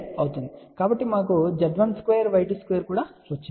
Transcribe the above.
కాబట్టి మాకు Z12 Y22 కూడా వచ్చింది